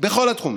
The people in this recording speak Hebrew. בכל התחומים: